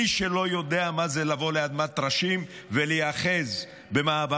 מי שלא יודע מה זה לבוא לאדמת טרשים ולהיאחז במעברות,